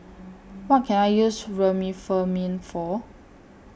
What Can I use Remifemin For